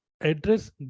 address